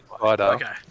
Okay